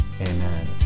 Amen